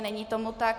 Není tomu tak.